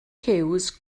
hughes